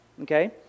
okay